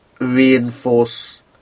reinforce